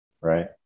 right